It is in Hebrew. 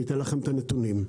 אתן לכם את הנתונים: